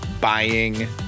buying